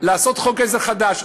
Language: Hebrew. לעשות חוק עזר חדש.